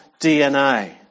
DNA